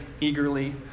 eagerly